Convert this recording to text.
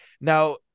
now